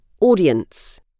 audience